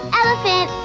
elephant